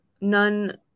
none